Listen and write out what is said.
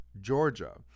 Georgia